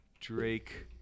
Drake